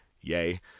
Yay